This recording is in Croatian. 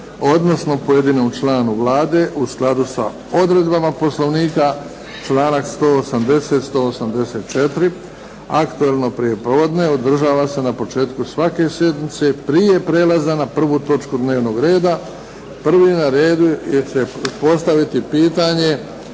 odnosno pojedinom članu Vlade u skladu sa odredbama Poslovnika. Članak 180., 184. Aktualno prijepodne održava se na početku svake sjednice, prije prelaza na 1. točku dnevnog reda. Prvi na redu, će postaviti pitanje